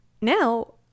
Now